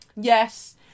Yes